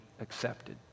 accepted